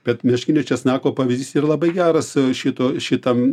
kad meškinio česnako pavyzdys yra labai geras šito šitam